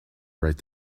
write